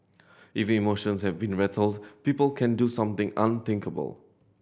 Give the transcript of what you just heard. if emotions have been rattled people can do something unthinkable